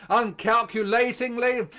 uncalculatingly,